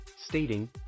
stating